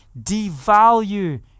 devalue